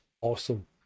awesome